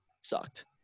Sucked